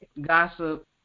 gossip